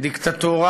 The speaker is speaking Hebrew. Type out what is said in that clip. לדיקטטורה,